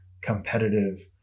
competitive